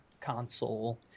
console